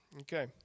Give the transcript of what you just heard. Okay